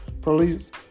police